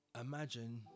imagine